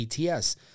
ETS